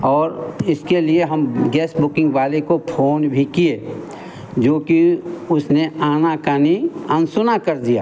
और इसके लिए हम गैस बुकिंग वाले को फ़ोन भी किए जोकी उसने आना कानी अनसुना कर दिया